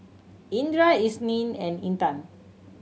Indra Isnin and Intan